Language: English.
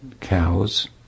cows